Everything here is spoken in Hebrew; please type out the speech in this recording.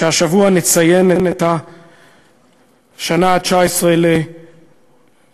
שהשבוע נציין את השנה ה-19 להירצחו.